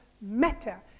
matter